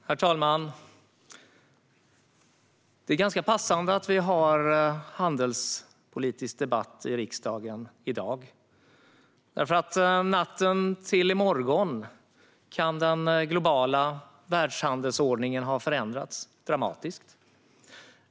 Herr talman! Det är ganska passande att vi har en handelspolitisk debatt i riksdagen i dag. Under natten till i morgon kan nämligen den globala världshandelsordningen ha förändrats dramatiskt.